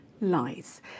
lies